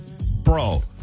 bro